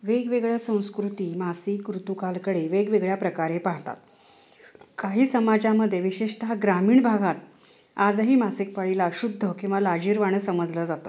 वेगवेगळ्या संस्कृती मासिक ऋतूकालकडे वेगवेगळ्या प्रकारे पाहतात काही समाजामध्ये विशेषतः ग्रामीण भागात आजही मासिकपाळीला अशुद्ध किंवा लाजीरवाणं समजलं जातं